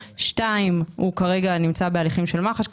כרגע אותו שוטר נמצא בהליכים של מח"ש.